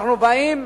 אנחנו באים